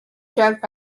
drug